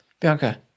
Bianca